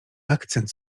akcent